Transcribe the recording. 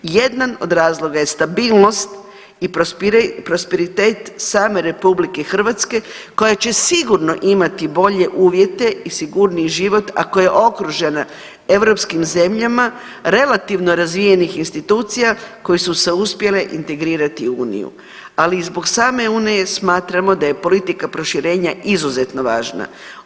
Jedan od razloga je stabilnost i prosperitet same RH koja će sigurno imati bolje uvjete i sigurniji život, ako je okružena europskim zemljama relativno razvijenih institucija koje su se uspjele integrirati u uniju, ali i zbog same unije smatramo da je politika proširenja izuzetno važna.